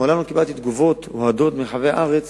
מעולם לא קיבלתי תגובות אוהדות מרחבי הארץ